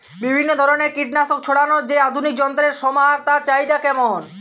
বিভিন্ন ধরনের কীটনাশক ছড়ানোর যে আধুনিক যন্ত্রের সমাহার তার চাহিদা কেমন?